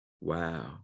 Wow